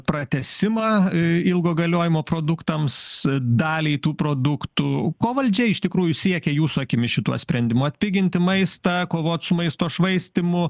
pratęsimą į ilgo galiojimo produktams daliai tų produktų ko valdžia iš tikrųjų siekia jūsų akimis šituo sprendimu atpiginti maistą kovot su maisto švaistymu